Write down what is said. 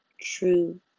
true